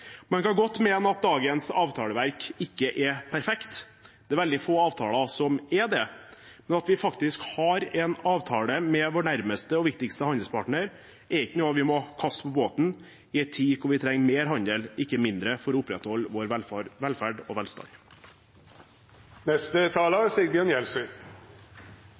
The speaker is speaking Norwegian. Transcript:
Man kan godt mene at dagens avtaleverk ikke er perfekt – det er veldig få avtaler som er det. Men at vi faktisk har en avtale med vår nærmeste og viktigste handelspartner, er ikke noe vi må kaste på båten i en tid hvor vi trenger mer handel, ikke mindre, for å opprettholde vår velferd og velstand. Vårt oppdrag som folkevalgte i det norske stortinget er